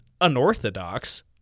unorthodox